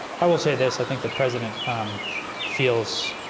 i will say this i think the president feels